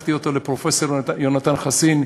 לקחתי אותו לפרופסור יהונתן חסין,